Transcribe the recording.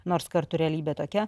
nors kartu realybė tokia